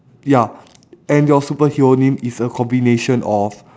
ya and your superhero name is a combination of